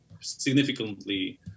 significantly